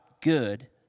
good